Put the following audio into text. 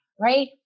right